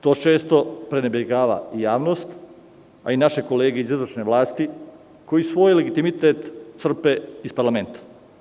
To često prenebregava javnost, a i naše kolege iz izvršne vlasti, koji svoj legitimitet crpe iz parlamenta.